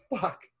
fuck